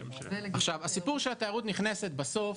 הסיפור של התיירות נכנסת בסוף,